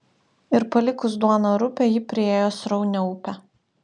ir palikus duoną rupią ji priėjo sraunią upę